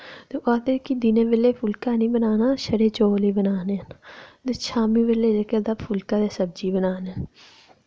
ते ओ आखदे कि दिनें बेल्लै फुल्का निं बनाना छड़े चौल ई बनाने न ते शामीं बेल्लै जेह्के तां फुल्का ते सब्जी बनाना